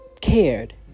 cared